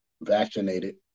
vaccinated